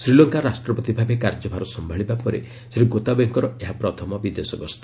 ଶ୍ରୀଲଙ୍କାର ରାଷ୍ଟ୍ରପତି ଭାବେ କାର୍ଯ୍ୟଭାର ସମ୍ଭାଳିବା ପରେ ଶ୍ରୀ ଗୋତାବୟେଙ୍କର ଏହା ପ୍ରଥମ ବିଦେଶଗସ୍ତ